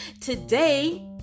today